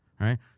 right